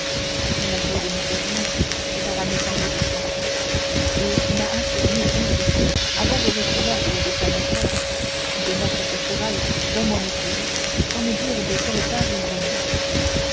la chose n'y fait rien dit aramis en rougissant et qui m'a affirmé dis-je avoir reçu l'ordre de sa maîtresse de mettre ce cheval dans mon écurie sans me dire de quelle part il venait